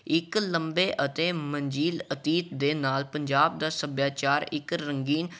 ਇੱਕ ਲੰਬੇ ਅਤੇ ਮੰਜੀਲ ਅਤੀਤ ਦੇ ਨਾਲ ਪੰਜਾਬ ਦਾ ਸੱਭਿਆਚਾਰ ਇੱਕ ਰੰਗੀਨ